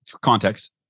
context